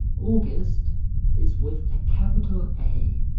august is with a capital a,